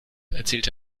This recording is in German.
erzählte